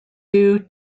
due